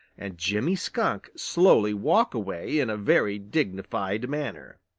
and jimmy skunk slowly walk away in a very dignified manner.